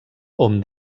hom